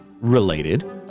related